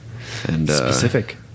Specific